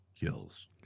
kills